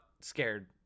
scared